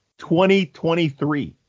2023